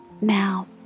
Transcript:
Now